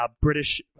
British